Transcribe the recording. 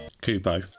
Kubo